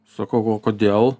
sakau o kodėl